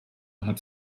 hat